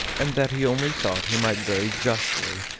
and that he only thought he might very justly,